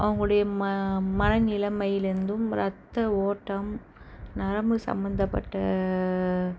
அவங்களுடைய ம மனநிலமையில் இருந்தும் ரத்த ஓட்டம் நரம்பு சம்மந்தப்பட்ட